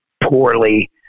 poorly